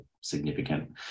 significant